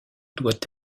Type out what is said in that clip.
doit